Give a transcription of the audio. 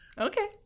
Okay